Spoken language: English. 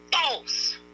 false